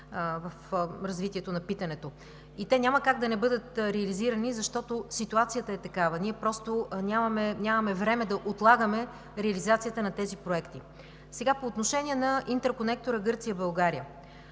в развитието на питането. Те няма как да не бъдат реализирани, защото ситуацията е такава. Ние просто нямаме време да отлагаме реализацията на тези проекти. По отношение на интерконектора Гърция – България.